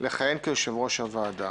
לכהן כיושב-ראש הוועדה.